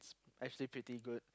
actually pretty good